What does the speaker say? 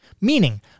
Meaning